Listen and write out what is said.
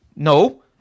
No